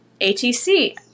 ATC